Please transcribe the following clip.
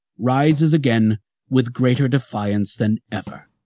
rises again with greater defiance than ever.